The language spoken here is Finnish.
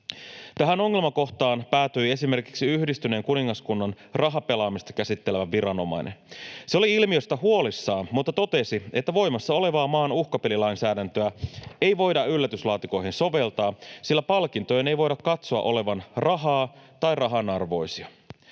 Tähän ongelmakohtaan päätyi esimerkiksi Yhdistyneen kuningaskunnan rahapelaamista käsittelevä viranomainen. Se oli ilmiöstä huolissaan mutta totesi, että voimassa olevaa maan uhkapelilainsäädäntöä ei voida yllätyslaatikoihin soveltaa, sillä palkintojen ei voida katsoa olevan rahaa tai rahanarvoisia.